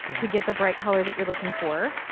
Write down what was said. to get the bright color that you're looking for.